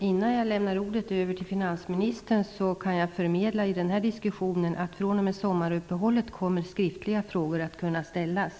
Innan jag överlämnar ordet till finansministern kan jag i den här diskussionen meddela att fr.o.m. sommaruppehållet skriftliga frågor kommer att kunna ställas.